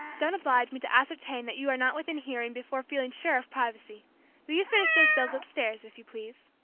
don't oblige me to ascertain that you are not within hearing before feeling sure of privacy. will you finish those bills upstairs, if you please?